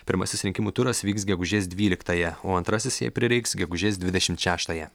pirmasis rinkimų turas vyks gegužės dvyliktąją o antrasis jei prireiks gegužės dvidešimt šeštąją